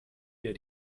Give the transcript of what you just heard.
der